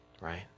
right